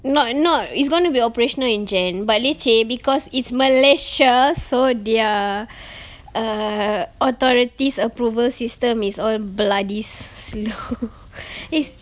no~ no it's gonna be operational in jan but leceh because it's malaysia so they're err authorities approval system is all bloody slow it's